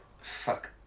Fuck